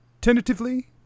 Tentatively